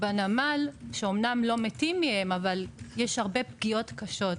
בנמל שאמנם לא מתים מהן אבל יש הרבה פגיעות קשות.